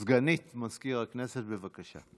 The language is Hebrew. מזכיר הכנסת, בבקשה.